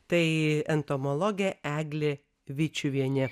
tai entomologė eglė vyčiuvienė